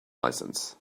license